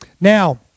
now